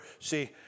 See